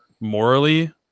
morally